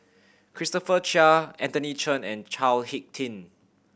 Christopher Chia Anthony Chen and Chao Hick Tin